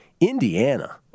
Indiana